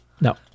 No